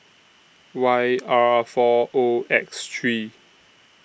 Y R four O X three